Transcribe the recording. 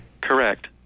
Correct